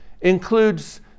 includes